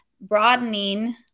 broadening